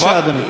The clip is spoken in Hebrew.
בבקשה, אדוני.